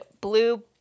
blue